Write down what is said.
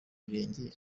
birenge